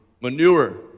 manure